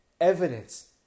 evidence